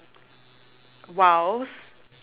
!wow!